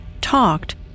talked